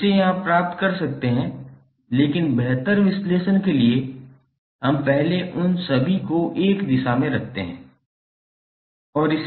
तो इससे आप प्राप्त कर सकते हैं लेकिन बेहतर विश्लेषण के लिए हम पहले उन सभी को एक दिशा में रखते हैं और इसे हल करते हैं